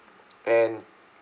and